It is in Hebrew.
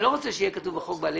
אני לא רוצה שיהיה כתוב בחוק בעלי